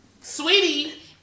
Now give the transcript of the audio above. Sweetie